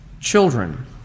children